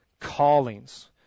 Callings